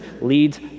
leads